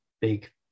big